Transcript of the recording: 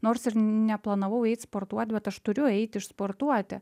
nors ir neplanavau eit sportuoti bet aš turiu eit išsportuoti